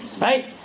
Right